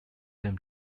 them